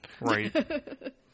Right